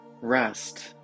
rest